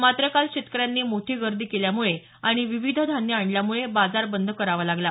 मात्र काल शेतकऱ्यांनी मोठी गर्दी केल्यामुळे आणि विविध धान्यं आणल्यामुळे बाजार बंद करावा लागला